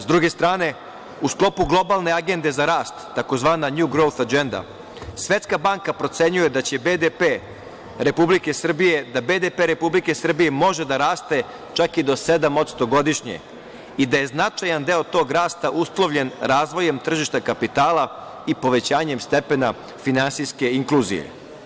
Sa druge strane, u sklopu globalne agende za rast, tzv. „nju grouf agenda“, Svetska banka procenjuje da BDP Republike Srbije može da raste čak i do 7% godišnje i da je značajan deo tog rasta uslovljen razvojem tržišta kapitala i povećanjem stepena finansijske inkluzije.